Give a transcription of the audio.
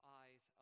eyes